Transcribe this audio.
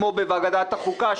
כמו בוועדת החוקה,